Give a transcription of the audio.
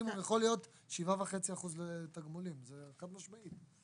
המינימום יכול להיות 7.5% לתגמולים, זה חד משמעית.